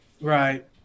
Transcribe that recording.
Right